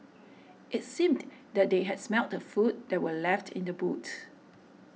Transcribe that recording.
it seemed that they had smelt the food that were left in the boots